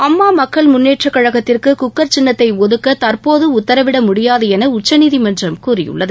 அம்மா மக்கள் முன்னேற்றக் கழகத்திற்கு குக்கள் சின்னத்தை ஒதுக்க தற்போது உத்தரவிட முடியாது என உச்சநீதிமன்றம் கூறியுள்ளது